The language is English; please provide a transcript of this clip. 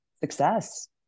success